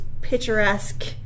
picturesque